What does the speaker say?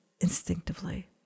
instinctively